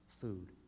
food